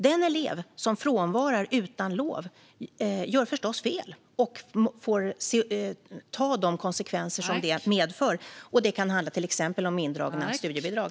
Den elev som frånvarar utan lov gör förstås fel och får ta de konsekvenser som det medför. Det kan till exempel handla om indragna studiebidrag.